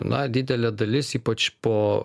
na didelė dalis ypač po